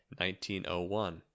1901